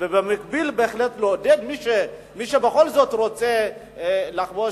ובמקביל בהחלט לעודד את מי שבכל זאת רוצה לחבוש